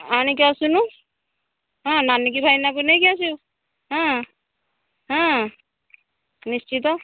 ଆଣିକି ଆସୁନୁ ହଁ ନାନୀକୁ ଭାଇନାଙ୍କୁ ନେଇକି ଆସିବୁ ହଁ ହଁ ନିଶ୍ଚିତ